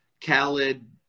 Khaled